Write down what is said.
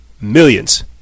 millions